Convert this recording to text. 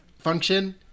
function